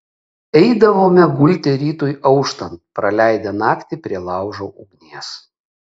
eidavome gulti rytui auštant praleidę naktį prie laužo ugnies